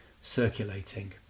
circulating